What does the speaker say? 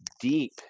deep